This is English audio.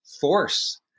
force